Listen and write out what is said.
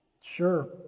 Sure